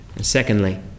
Secondly